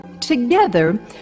Together